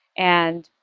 and